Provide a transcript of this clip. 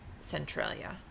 Centralia